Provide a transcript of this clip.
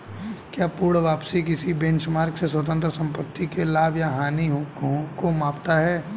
क्या पूर्ण वापसी किसी बेंचमार्क से स्वतंत्र संपत्ति के लाभ या हानि को मापता है?